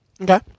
Okay